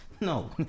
no